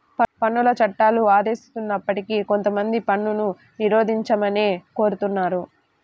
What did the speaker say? పన్నుల చట్టాలు ఆదేశిస్తున్నప్పటికీ కొంతమంది పన్నును నిరోధించమనే కోరుతున్నారు